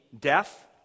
death